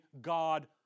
God